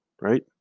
right